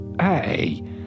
Hey